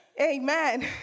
amen